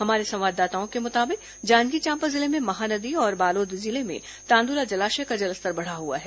हमारे संवाददाताओं के मुताबिक जांजगीर चांपा जिले में महानदी और बालोद जिले में तांदुला जलाशय का जलस्तर बढ़ा हुआ है